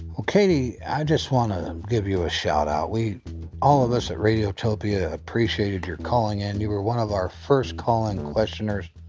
well katie, i just want to give you a shout out, we all of us at radio topia, appreciated your calling in. you were one of our first calling questioners.